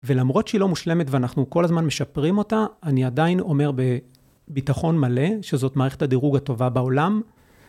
ולמרות שהיא לא מושלמת ואנחנו כל הזמן משפרים אותה, אני עדיין אומר בביטחון מלא שזאת מערכת הדירוג הטובה בעולם.